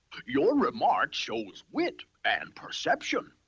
you're remark shows wit and perception.